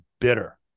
bitter